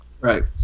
Right